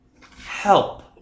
help